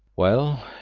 well,